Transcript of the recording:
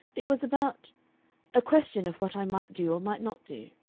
it was about a question of what i might do or might not do.